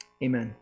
Amen